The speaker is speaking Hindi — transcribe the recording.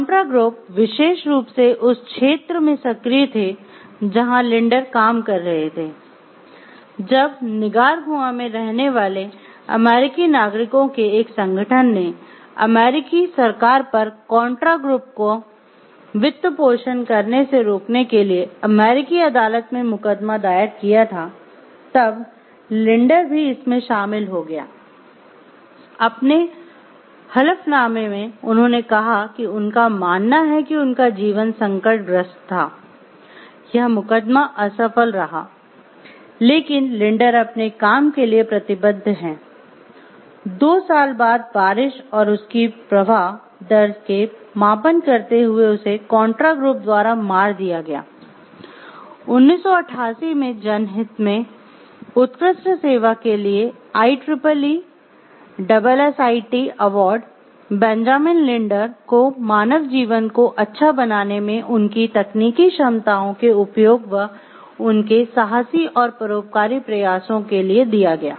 कॉन्ट्रा ग्रुप विशेष रूप से उस क्षेत्र में सक्रिय थे जहां लिंडर को मानव जीवन को अच्छा बनाने में उनकी तकनीकी क्षमताओं के उपयोग व उनके साहसी और परोपकारी प्रयासों के लिए दिया गया